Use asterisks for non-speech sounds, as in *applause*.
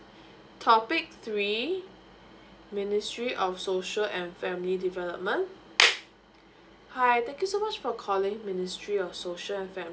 topic three ministry of social and family development *noise* hi thank you so much for calling ministry of social and